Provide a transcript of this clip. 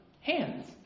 hands